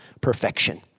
perfection